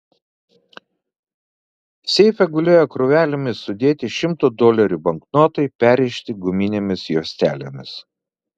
seife gulėjo krūvelėmis sudėti šimto dolerių banknotai perrišti guminėmis juostelėmis